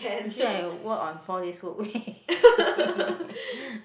usually I work on four days work week